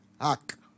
hack